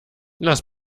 lass